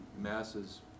masses